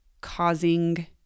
causing